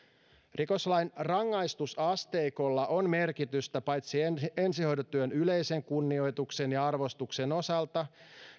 rikoslain rangaistusasteikolla on merkitystä paitsi ensihoitotyön yleisen kunnioituksen ja arvostuksen osalta